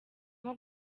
nko